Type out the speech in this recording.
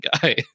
guy